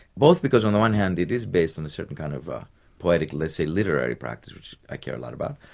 both because on the one hand it is based on a certain kind of ah poetic, let's say, literary practice, which i care a lot about,